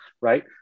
right